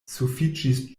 sufiĉis